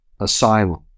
asylum